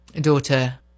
daughter